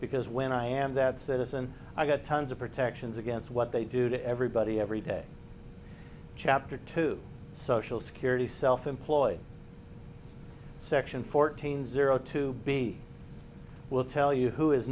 because when i am that citizen i've got tons of protections against what they do to everybody every day chapter two social security self employed section fourteen zero two b will tell you who is